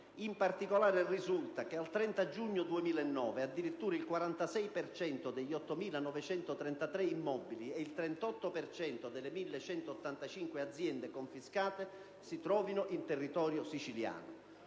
in particolare, risulta che, al 30 giugno 2009, addirittura il 46 per cento degli 8.933 immobili e il 38 per cento delle 1.185 aziende confiscati si trovino in territorio siciliano.